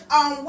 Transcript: on